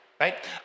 right